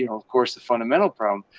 you know of course the fundamental problem.